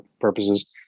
purposes